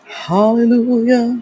hallelujah